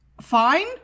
fine